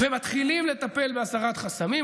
ומתחילים לטפל בהסרת חסמים.